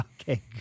Okay